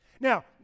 Now